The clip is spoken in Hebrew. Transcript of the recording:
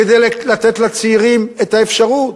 כדי לתת לצעירים את האפשרות.